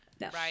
right